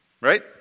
Right